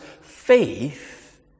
faith